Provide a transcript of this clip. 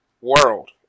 World